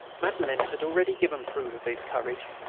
madelin had already given proof of his courage,